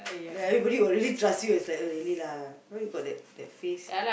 then everybody will really trust you is like really lah why you got that that face